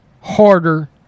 harder